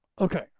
okay